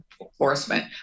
enforcement